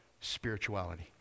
spirituality